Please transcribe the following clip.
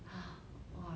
mmhmm